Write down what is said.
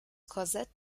korsett